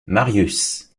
marius